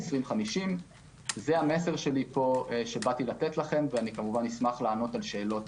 2050. זה המסר שבאתי לתת לכם ואשמח לענות על שאלות.